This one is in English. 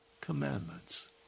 commandments